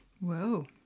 Whoa